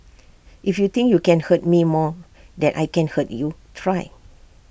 if you think you can hurt me more than I can hurt you try